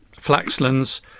Flaxlands